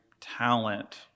talent